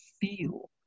feel